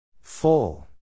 Full